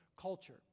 culture